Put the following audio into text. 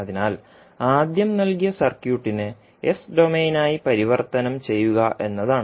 അതിനാൽ ആദ്യം നൽകിയ സർക്യൂട്ടിനെ എസ് ഡൊമെയ്നായി പരിവർത്തനം ചെയ്യുക എന്നതാണ്